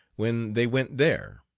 when they went there.